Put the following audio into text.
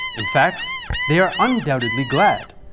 in fact they are undoubtedly glad,